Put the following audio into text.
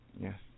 Yes